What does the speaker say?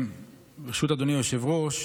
ברשות אדוני היושב-ראש,